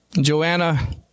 Joanna